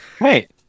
Right